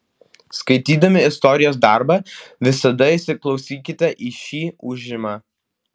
skaitydami istorijos darbą visada įsiklausykite į šį ūžimą